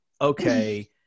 okay